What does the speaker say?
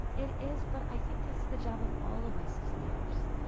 it is, but i think that's the job of all of us as leaders.